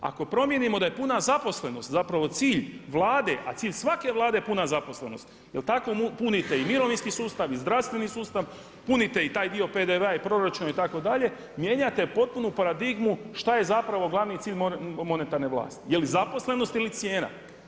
Ako promijenimo da je puna zaposlenost zapravo cilj Vlade, a cilj svake Vlade je puna zaposlenost jer tako punite i mirovinski sustav i zdravstveni sustav, punite i taj dio PDV-a i proračuna itd., mijenjate potpunu paradigmu šta je zapravo glavni cilj monetarne vlasti, je li zaposlenost ili cijena.